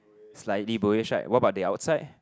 slightly blueish right what about the outside